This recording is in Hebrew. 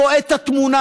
רואה את התמונה.